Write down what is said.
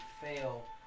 fail